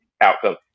outcome